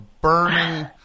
burning